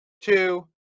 two